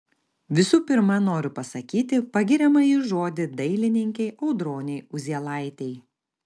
visų pirma noriu pasakyti pagiriamąjį žodį dailininkei audronei uzielaitei